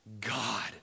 god